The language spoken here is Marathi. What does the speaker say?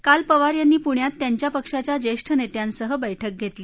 काल पवार यांनी पुण्यात त्यांच्या पक्षाच्या ज्येष्ठ नेत्यांसह बैठक घेतली